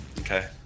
Okay